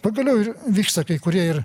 pagaliau ir vyksta kai kurie ir